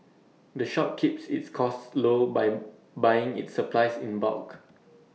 the shop keeps its costs low by buying its supplies in bulk